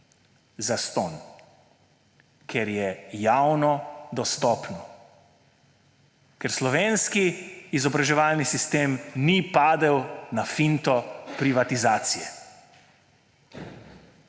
zastonj. Ker je javno dostopno. Ker slovenski izobraževalni sistem ni padel na finto privatizacije.